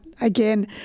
again